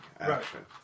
action